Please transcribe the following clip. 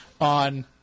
on